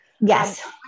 Yes